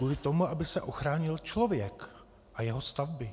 Kvůli tomu, aby se ochránil člověk a jeho stavby.